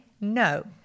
No